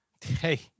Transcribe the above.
Hey